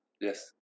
Yes